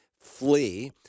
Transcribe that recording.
flee